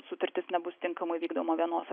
sutartis nebus tinkamai vykdoma vienos